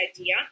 idea